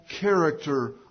character